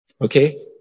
Okay